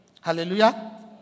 Hallelujah